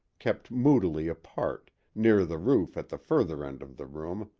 kept moodily apart, near the roof at the further end of the room,